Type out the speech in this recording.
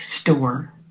store